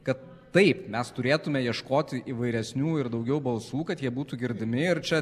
kad taip mes turėtume ieškoti įvairesnių ir daugiau balsų kad jie būtų girdimi ir čia